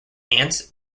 ants